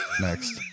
Next